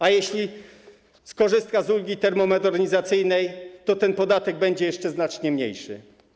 A jeśli skorzysta z ulgi termomodernizacyjnej, to ten podatek będzie jeszcze znacznie mniejszy.